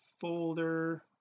folder